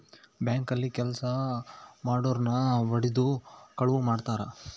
bank ಅಲ್ಲಿ ಕೆಲ್ಸ ಮಾಡೊರ್ನ ಬಡಿದು ಕಳುವ್ ಮಾಡ್ತಾರ